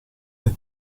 del